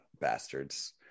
Bastards